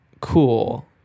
cool